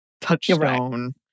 touchstone